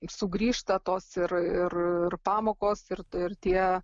sugrįžta tos ir ir ir pamokos ir ir tie